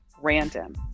random